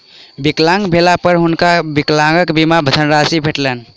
विकलांग भेला पर हुनका विकलांग बीमा के धनराशि भेटलैन